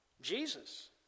Jesus